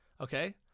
Okay